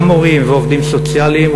גם מורים ועובדים סוציאליים,